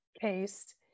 case